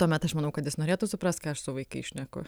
tuomet aš manau kad jis norėtų suprast ką aš su vaikais šneku